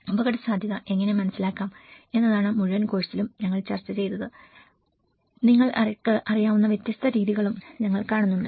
അപകടസാധ്യത എങ്ങനെ മനസ്സിലാക്കാം എന്നതാണ് മുഴുവൻ കോഴ്സിലും ഞങ്ങൾ ചെയ്തത് നിങ്ങൾക്ക് അറിയാവുന്ന വ്യത്യസ്ത രീതികളും ഞങ്ങൾ കാണുന്നുണ്ട്